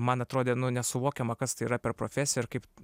man atrodė nu nesuvokiama kas tai yra per profesija ir kaip